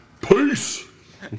Peace